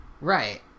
Right